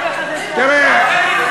תראה,